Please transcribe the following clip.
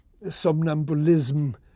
somnambulism